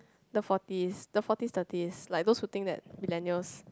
the forties the forties thirties like those who think that millennials